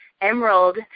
Emerald